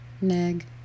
Neg